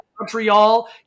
Montreal